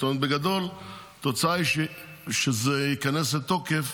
זאת אומרת, בגדול התוצאה היא שכשזה ייכנס לתוקף